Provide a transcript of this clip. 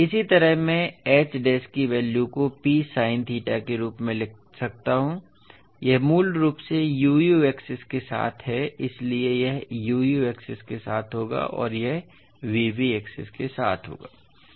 इसी तरह मैं H डैश की वैल्यू को P साइन थीटा के रूप में लिख सकता हूं यह मूल रूप से u u एक्सिस के साथ है इसलिए यह u u एक्सिस के साथ होगा और यह v v एक्सिस के साथ होगा ठीक हैं